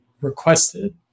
requested